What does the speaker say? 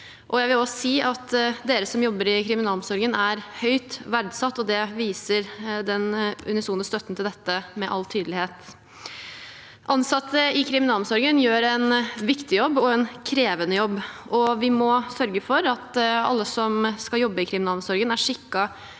dere som jobber i kriminalomsorgen, er høyt verdsatt. Det viser den unisone støtten til dette med all tydelighet. Ansatte i kriminalomsorgen gjør en viktig og krevende jobb. Vi må sørge for at alle som skal jobbe i kriminalomsorgen, er skikket